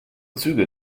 züge